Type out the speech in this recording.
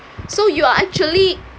so you are actually